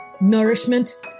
nourishment